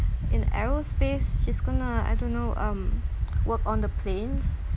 in aerospace she's gonna I don't know um work on the planes